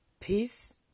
peace